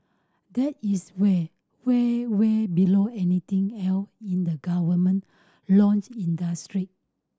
that is way way way below anything else in the government launch industry